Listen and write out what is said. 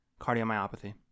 cardiomyopathy